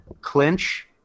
clinch